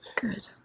Good